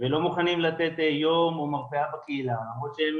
ולא מוכנים לתת יום או מרפאה בקהילה, למרות שהם